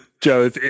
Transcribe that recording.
Joe